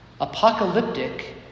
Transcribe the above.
Apocalyptic